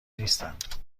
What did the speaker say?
نیستند